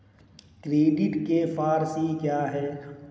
Credit के four C क्या हैं?